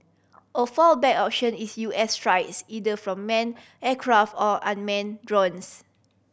a fallback option is U S strikes either from man aircraft or unman drones